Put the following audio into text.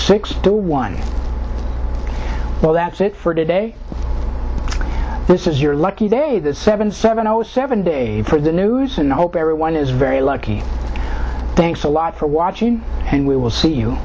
six to one oh that's it for today this is your lucky day that's seven seven o seven day for the news and i hope everyone is very lucky thanks a lot for watching and we will see you